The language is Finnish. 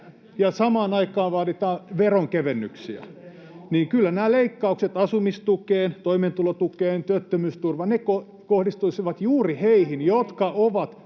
se on teidän oma ohjelma!] ja kyllä nämä leikkaukset asumistukeen, toimeentulotukeen, työttömyysturvaan kohdistuisivat juuri heihin, jotka ovat